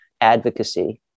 advocacy